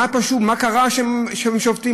מה קרה שהם שובתים?